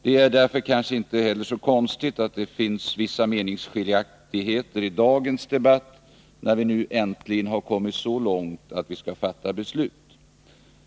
Det är därför inte heller så konstigt att det finns vissa meningsskiljaktigheter i dagens debatt, när vi nu äntligen har kommit så långt att vi skall fatta beslut.